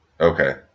Okay